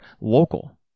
local